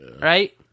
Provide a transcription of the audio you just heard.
Right